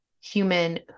human